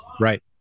Right